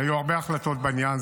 היו הרבה החלטות בעניין.